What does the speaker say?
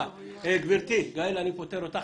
אני פוטר אותך,